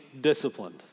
disciplined